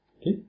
Okay